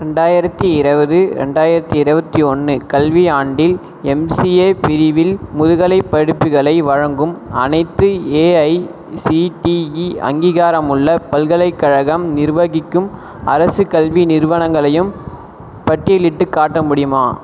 ரெண்டாயிரத்து இருபது ரெண்டாயிரத்து இருபத்தியொன்னு கல்வியாண்டில் எம்சிஏ பிரிவில் முதுகலைப் படிப்புகளை வழங்கும் அனைத்து ஏஐசிடிஇ அங்கீகாரமுள்ள பல்கலைக்கழகம் நிர்வகிக்கும் அரசு கல்வி நிறுவனங்களையும் பட்டியலிட்டுக் காட்ட முடியுமா